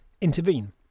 intervene